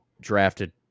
drafted